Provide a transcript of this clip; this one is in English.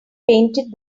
painted